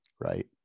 right